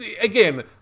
again